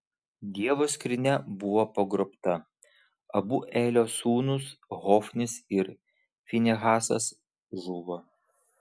dievo skrynia buvo pagrobta abu elio sūnūs hofnis ir finehasas žuvo